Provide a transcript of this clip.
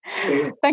Thank